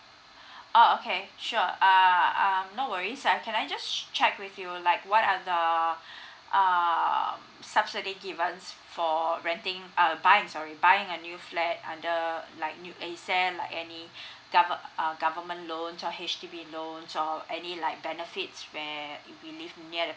oh okay sure err um no worries I can I just check with you like what are the err subsidy given for renting uh buying sorry buying a new flat under like new asset like any gover~ uh government loans or H_D_B loans or any like benefit where we live near the